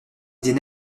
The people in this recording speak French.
idées